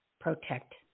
Protect